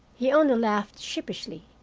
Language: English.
he only laughed sheepishly.